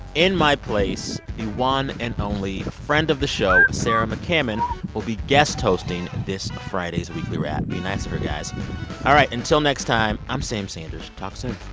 in my place, the one and only, a friend of the show, sarah mccammon will be guest hosting this friday's weekly wrap. be nice her, guys all right. until next time, i'm sam sanders. talk soon